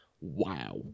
wow